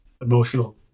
emotional